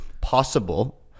possible